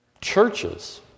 churches